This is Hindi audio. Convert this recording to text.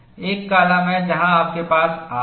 एक कॉलम है जहाँ आपके पास R है